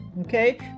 okay